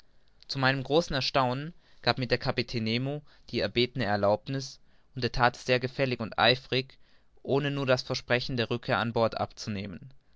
zu meinem großen erstaunen gab mir der kapitän nemo die erbetene erlaubniß und er that es sehr gefällig und eifrig ohne nur das versprechen der rückkehr an bord abzunehmen